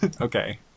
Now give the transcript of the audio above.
Okay